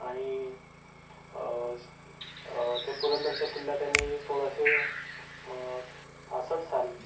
आणि ते पुरंदरच्या किल्ला त्यांनी सोळाशे पासष्ट साली